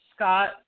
Scott